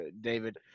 David